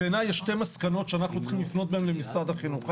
בעיני יש שתי מסקנות שאנחנו צריכים לפנות בהן למשרד החינוך.